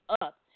up